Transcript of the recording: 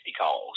calls